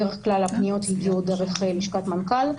בדרך כלל הפניות הגיעו דרך לשכת מנכ"ל.